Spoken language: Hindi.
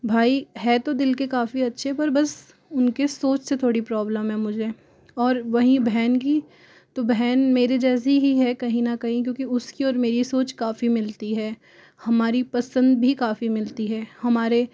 भाई है तो दिल के काफ़ी अच्छे पर बस उनके सोच से थोड़ी प्रॉब्लम है मुझे और वहीं बहन की तो बहन मेरे जैसी ही है कहीं न कहीं क्योंकि उसकी और मेरी सोच काफ़ी मिलती है हमारी पसंद भी काफ़ी मिलती है हमारे